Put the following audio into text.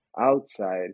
Outside